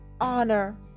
honor